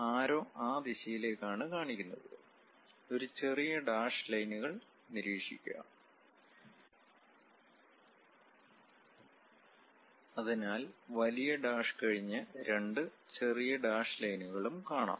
ആരോ ആ ദിശയിലേക്കാണ് കാണിക്കുന്നത് ചെറിയ ഡാഷ് ലൈനുകൾ നിരീക്ഷിക്കുക അതിനാൽ വലിയ ഡാഷ് കഴിഞ്ഞു രണ്ട് ചെറിയ ഡാഷ് ലൈനുകളും കാണാം